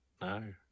No